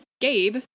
Gabe